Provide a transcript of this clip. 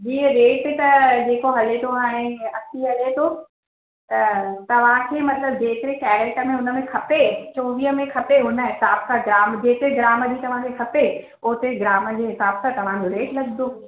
जी rate त जेको हले थो हाणे असी हले थो त तव्हांखे मतिलब जेतिरे कैरेट में उनमें खपे चोवीह में खपे उन हिसाब सां जामु जेके ग्राम जी तव्हांखे खपे ओतिरे ग्राम जे हिसाब सां तव्हांजो रेट लॻंदो